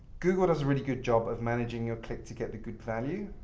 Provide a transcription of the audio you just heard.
google does a really good job of managing your click to get the good value.